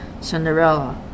Cinderella